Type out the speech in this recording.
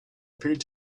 appeared